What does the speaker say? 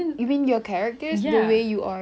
abeh macam tadi you cakap oh student